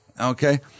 okay